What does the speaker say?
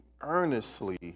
earnestly